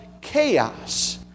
chaos